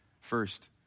First